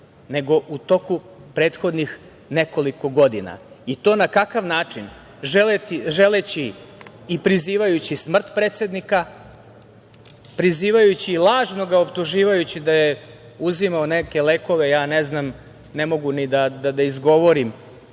nego u toku prethodnih nekoliko godina, i to na kakav način, želeći i prizivajući smrt predsednika, prizivajući i lažno ga prozivajući da je uzimao neke lekove, ja ne znam, ne mogu ni da izgovorim